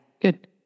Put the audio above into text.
Good